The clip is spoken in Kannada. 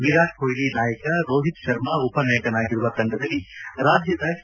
ವಿರಾಟ್ ಕೊಜ್ಲಿ ನಾಯಕ ರೋಹಿತ್ ಶರ್ಮಾ ಉಪನಾಯಕನಾಗಿರುವ ತಂಡದಲ್ಲಿ ರಾಜ್ಯದ ಕೆ